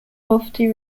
poverty